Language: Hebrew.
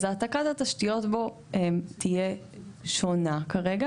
אז העתקת התשתיות בו תהיה שונה כרגע,